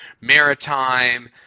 maritime